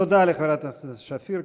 תודה לחברת הכנסת סתיו שפיר.